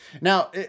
Now